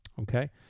okay